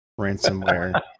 ransomware